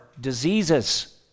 diseases